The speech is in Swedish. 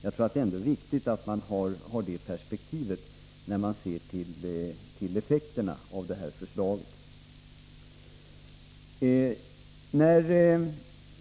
Det är viktigt att man har det perspektivet när man ser till effekterna av förslaget.